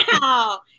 Wow